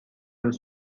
روز